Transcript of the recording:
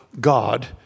God